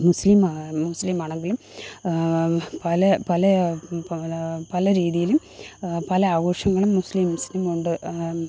മുസ്ലീമാ മുസ്ലീമാണെങ്കിലും പലെ പലെ പ പല രീതിയിലും പല ആഘോഷങ്ങളും മുസ്ലിംസിനുമുണ്ട്